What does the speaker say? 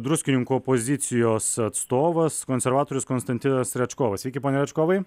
druskininkų opozicijos atstovas konservatorius konstantinas rečkovas sveiki pone račkovai